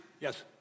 Yes